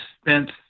spent